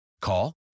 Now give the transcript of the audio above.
Call